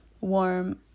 warm